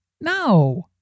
No